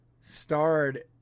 starred